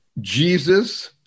Jesus